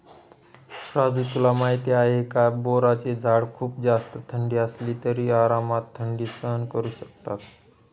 राजू तुला माहिती आहे का? बोराचे झाड खूप जास्त थंडी असली तरी आरामात थंडी सहन करू शकतात